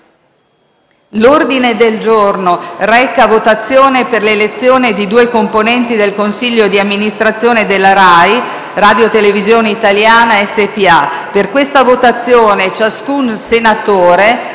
L'ordine del giorno reca: «Votazione per l'elezione di due componenti del consiglio di amministrazione della RAI-Radiotelevisione italiana SpA». Per questa votazione ciascun senatore